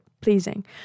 pleasing